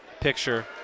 picture